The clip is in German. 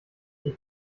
ich